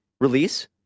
release